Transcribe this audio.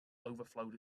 overflowed